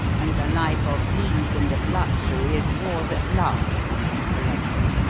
and the life of ease and of luxury is yours at last, mr. pullaine.